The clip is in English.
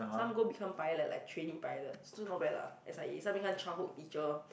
some go become pilot like trainee pilot still not bad lah S_I_A some become childhood teacher